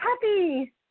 puppy